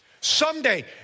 Someday